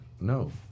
No